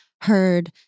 heard